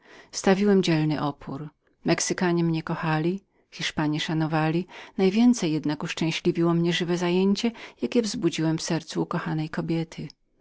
postawiłem dzielny opór mexykanie mnie kochali hiszpanie szanowali co mnie jednak najwięcej uszczęśliwiało było zajęcie jakie wzbudziłem w sercu ukochanej kobiety